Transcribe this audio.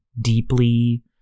deeply